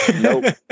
Nope